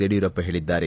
ಯಡಿಯೂರಪ್ಪ ಹೇಳಿದ್ದಾರೆ